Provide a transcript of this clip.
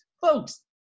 folks